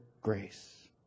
grace